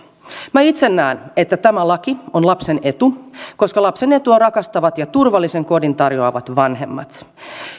minä itse näen että tämä laki on lapsen etu koska lapsen etu on rakastavat ja turvallisen kodin tarjoavat vanhemmat